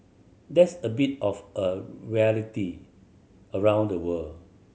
that's a bit of a rarity around the world